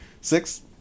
Six